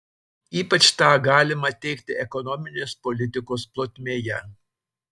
ypač tą galima teigti ekonominės politikos plotmėje